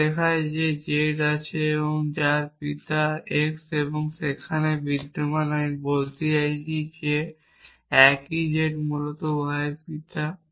যা দেখায় যে একটি z আছে যার পিতা x এবং সেখানে বিদ্যমান আমি বলতে চাইছি যে একই z মূলত y এর পিতা